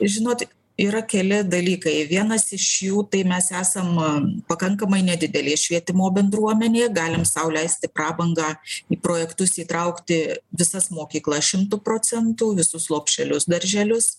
žinot yra keli dalykai vienas iš jų tai mes esam pakankamai nedidelė švietimo bendruomenė galim sau leisti prabangą į projektus įtraukti visas mokyklas šimtu procentų visus lopšelius darželius